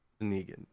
Negan